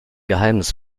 geheimnis